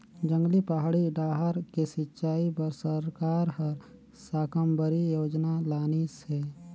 जंगली, पहाड़ी डाहर के सिंचई बर सरकार हर साकम्बरी योजना लानिस हे